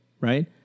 right